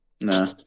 Nah